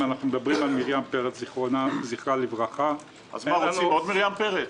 אם אנחנו מדברים על מרים פרץ זיכרונה לברכה -- רוצים עוד מרים פרץ?